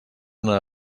una